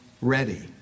ready